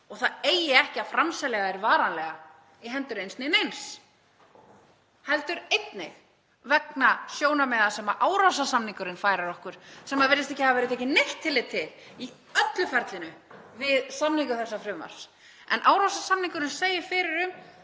og það eigi ekki að framselja þær varanlega í hendur eins né neins heldur einnig vegna sjónarmiða sem Árósasamningurinn færir okkur sem virðist ekki hafa verið tekið neitt tillit til í öllu ferlinu við samningu þessa frumvarps. Árósasamningurinn segir fyrir um